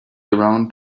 around